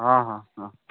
ᱦᱮᱸ ᱦᱮᱸ ᱦᱮᱸ